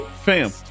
Fam